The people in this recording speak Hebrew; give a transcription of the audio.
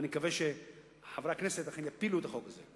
ואני מקווה שחברי הכנסת אכן יפילו את החוק הזה.